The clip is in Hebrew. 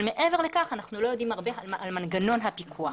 אבל מעבר לכך אנחנו לא יודעים הרבה על מנגנון הפיקוח.